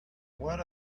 what